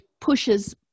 pushes